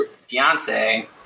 fiance